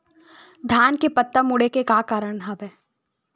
धान के पत्ता मुड़े के का कारण हवय?